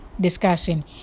discussion